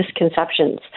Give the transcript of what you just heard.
misconceptions